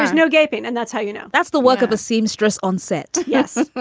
no gaping and that's how you know, that's the work of a seamstress on set. yes.